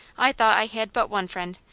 i thought i had but one friend.